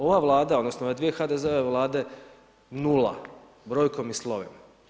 Ova Vlada, odnosno ove dvije HDZ-ove Vlade nula, brojkom i slovima.